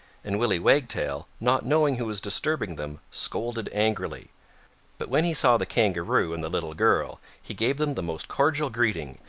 and willy wagtail, not knowing who was disturbing them, scolded angrily but when he saw the kangaroo and the little girl, he gave them the most cordial greeting,